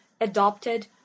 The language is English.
adopted